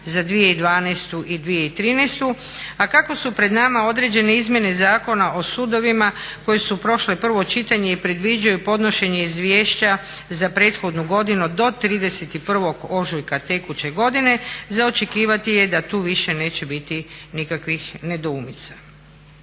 za 2012. i 2013. A kako su pred nama određene izmjene Zakona o sudovima koje su prošle prvo čitanje i predviđaju podnošenje izvješća za prethodnu godinu do 31. ožujka tekuće godine za očekivati je da tu više neće biti nikakvih nedoumica.